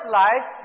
life